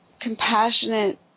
compassionate